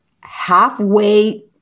halfway